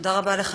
תודה רבה לך,